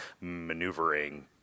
maneuvering